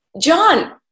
John